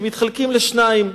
הם מתחלקים לשניים: